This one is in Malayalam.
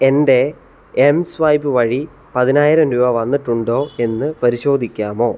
എൻ്റെ എം സ്വൈപ്പ് വഴി പതിനായിരം രൂപ വന്നിട്ടുണ്ടോ എന്ന് പരിശോധിക്കാമോ